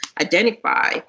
identify